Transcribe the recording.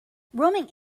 roaming